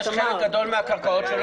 חלק גדול מהקרקעות לא